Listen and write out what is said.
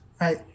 right